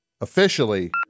Officially